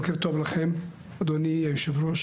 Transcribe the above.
בוקר טוב לכם, אדוני היושב-ראש,